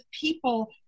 people